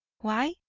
why?